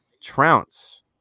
trounce